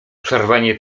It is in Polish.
przerwanie